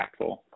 impactful